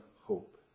hope